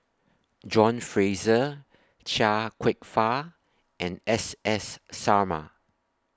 John Fraser Chia Kwek Fah and S S Sarma